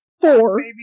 four